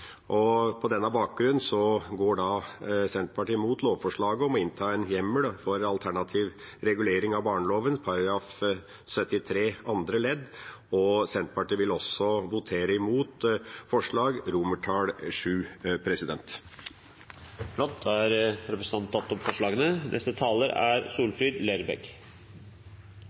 På denne bakgrunn går Senterpartiet mot lovforslaget om å innta en hjemmel for alternativ regulering av barneloven § 73 andre ledd, og Senterpartiet vil votere imot forslag til vedtak VII. Representanten Per Olaf Lundteigen har tatt opp de forslagene